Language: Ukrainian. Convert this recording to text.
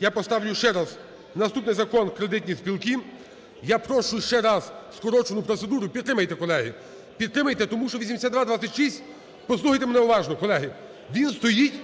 я поставлю ще раз наступний Закон кредитні спілки, я прошу ще раз скорочену процедуру, підтримайте, колеги. підтримайте, тому що 8226… послухайте мене уважно, колеги, він стоїть…